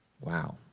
Wow